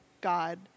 God